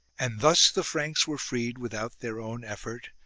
and thus the franks were freed without their own effort,